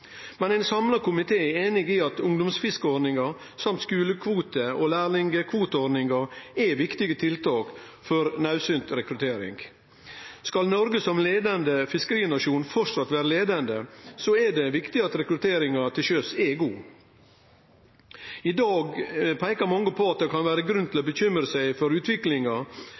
Men ein samla komité er einig i at ungdomsfiskeordninga og dessutan skulekvotar og lærlingkvoteordninga er viktige tiltak for naudsynt rekruttering. Skal Noreg som leiande fiskerinasjon framleis vere i leiinga, er det viktig at rekrutteringa til sjøs er god. I dag peikar mange på at det kan vere grunn til å bekymre seg for